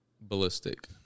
ballistic